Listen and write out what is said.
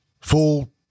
Full